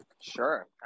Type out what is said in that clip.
Sure